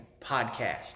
podcast